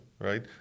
Right